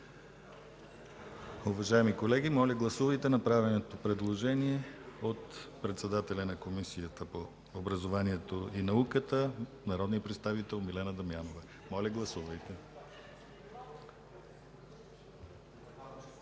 Уважаеми колеги, моля гласувайте направеното предложение от председателя на Комисията по образованието и науката народния представител Милена Дамянова. Отменете гласуването!